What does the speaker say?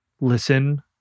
listen